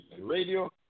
radio